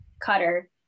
cutter